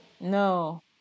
No